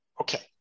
Okay